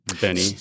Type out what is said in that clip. Benny